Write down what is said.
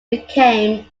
became